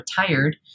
retired